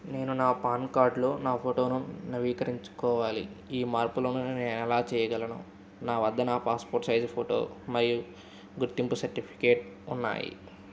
నేను నా పాన్ కార్డ్లో నా ఫోటోను నవీకరించుకోవాలి ఈ మార్పులను నేను ఎలా చెయ్యగలను నా వద్ద నా పాస్పోర్ట్ సైజు ఫోటో మరియు గుర్తింపు సర్టిఫికేట్ ఉన్నాయి